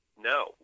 No